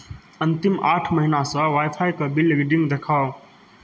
अन्तिम आठ महिनासँ वायफाइके बिल रीडिंग देखाउ